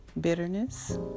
bitterness